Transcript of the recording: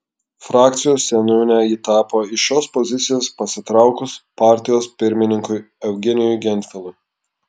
frakcijos seniūne ji tapo iš šios pozicijos pasitraukus partijos pirmininkui eugenijui gentvilui